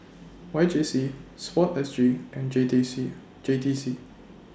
Y J C Sport S G and J T C J T C